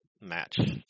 match